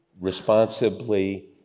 responsibly